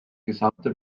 gesamte